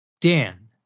Dan